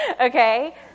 Okay